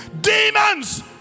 demons